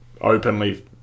openly